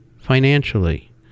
financially